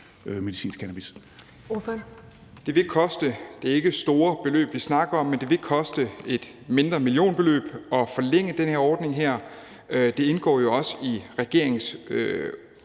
Kl. 10:17 Rasmus Horn Langhoff (S): Det er ikke store beløb, vi snakker om, men det vil koste et mindre millionbeløb at forlænge den her ordning. Det indgår også i regeringens